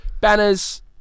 banners